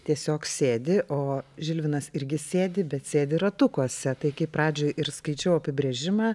tiesiog sėdi o žilvinas irgi sėdi bet sėdi ratukuose tai kaip pradžioj ir skaičiau apibrėžimą